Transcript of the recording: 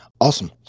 Awesome